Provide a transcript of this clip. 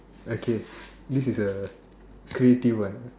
okay this is a creative one